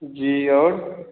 जी और